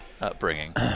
upbringing